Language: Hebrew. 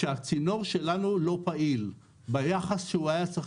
הצינור שלנו לא פעיל ביחס שהוא היה צריך